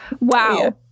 wow